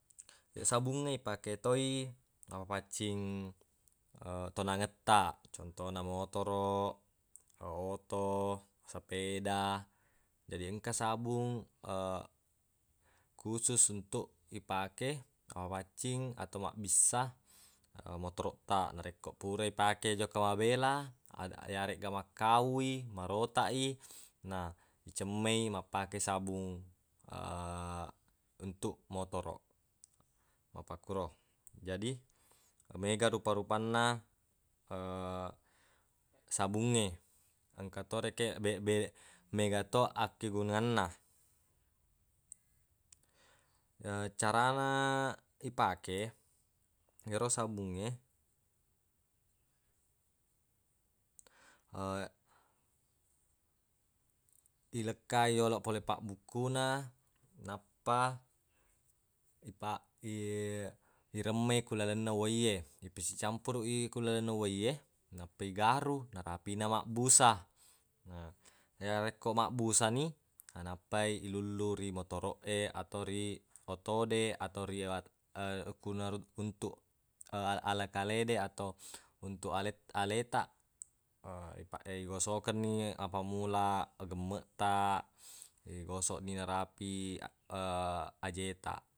Sabungnge ipake toi namafaccing tonangettaq contona motoroq oto sapeda jadi engka sabung kusus untuq ipake namafaccing atau mabbissa motoroq taq narekko pura ipake jokka mabela yaregga makkawui marotaq i na icemmei mappake sabung untuq motoroq mappakkuro jadi mega rupa-rupanna sabungnge engka to rekeng beqbeq mega to akkegungenna carana ipake ero sabungnge ilekkai yoloq pole pabbukku na nappa ipa- i- iremme ku lalenna uwaiye ipisicampuruq i ku lalenna uwaiye nappa igaru narapina mabbusa na ya rekko mabbusani nappai ilullu ri motoroq e atau ri oto de atau ri untuq alekale de atau untuq ale- aletaq ipa- igosokenni mappammula gemmeq taq igosoqni narapin aje taq